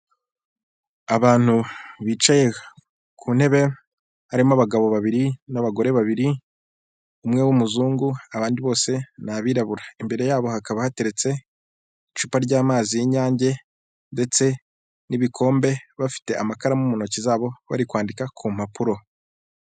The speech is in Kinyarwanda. Abantu bicaye ku ntebe harimo abagabo babiri n'abagore babiri umwe w'umuzungu abandi bose ni abirabura, imbere yabo hakaba hateretse icupa ry'amazi y'Inyange ndetse n'ibikombe bafite amakaramu mu ntoki zabo bari kwandika ku mpapuro.